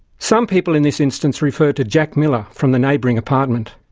some people, in this instance, refers to jack miller from the neighbouring apartment.